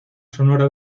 sonora